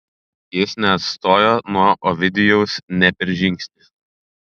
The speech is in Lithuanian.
jis neatstojo nuo ovidijaus nė per žingsnį